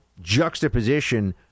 juxtaposition